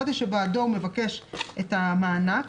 החודש בו האדם מבקש את המענק,